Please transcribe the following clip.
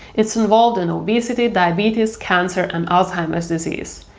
it's involved in obesity, diabetes, cancer, and alzheimer's disease.